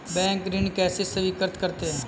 Bank ऋण कैसे स्वीकृत करते हैं?